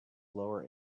lower